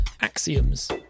axioms